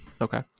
Okay